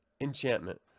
Enchantment